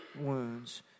wounds